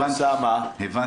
אתה יודע